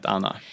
Anna